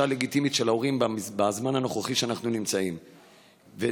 הלגיטימית של ההורים בזמן הנוכחי שאנחנו נמצאים בו.